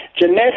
Jeanette